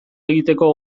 egiteko